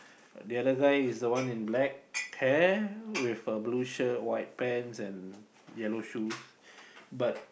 the other guy is the one in black pair with a blue shirt white pants and yellow shoes but